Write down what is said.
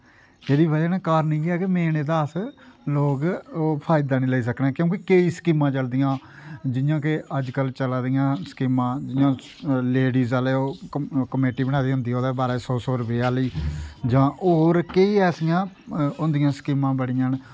एह्दी बज़ह् नै कारन इ'यै कि मेन एहदा अस लोग फायदा ओह् नेईं लेई सकने न क्योंकि केईं स्कीमां चलदियां जियां कि अज्ज कल चला दियां स्कीमां जियां लेडिज़ आह्ले ओह् कमेटी बनाई दी होंदी ओहदे च पाने सौ सौ रपेऽ आह्ली जां होर केईं ऐसियां होंदियां स्कीमां बड़ियां